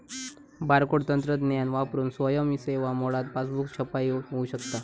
barcode तंत्रज्ञान वापरून स्वयं सेवा मोडात पासबुक छपाई होऊ शकता